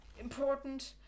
important